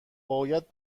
باید